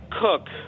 cook